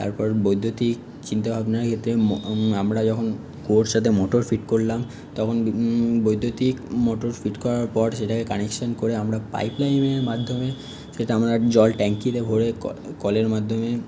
তারপর বৈদ্যুতিক চিন্তাভাবনা এতে আমরা যখন কুয়োর সাথে মোটর ফিট করলাম তখন বৈদ্যুতিক মোটর ফিট করার পর সেটাকে কানেকশান করে আমরা পাইপলাইনের মাধ্যমে সেটা আমরা জল ট্যাঙ্কিতে ভরে কল কলের মাধ্যমে